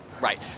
right